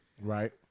Right